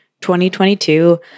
2022